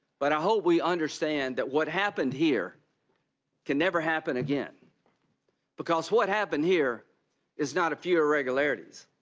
but i hope we understand that what happened here can never happen again because what happened here is not a few irregularities.